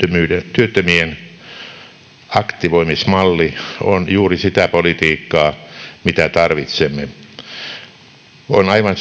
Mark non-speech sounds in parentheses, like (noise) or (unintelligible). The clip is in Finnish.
työttömien aktivoimismalli on juuri sitä politiikkaa mitä tarvitsemme on aivan (unintelligible)